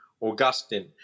Augustine